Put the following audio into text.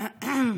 בבקשה.